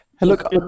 look